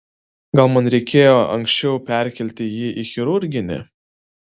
gal man reikėjo anksčiau perkelti jį į chirurginį